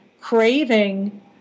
craving